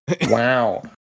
Wow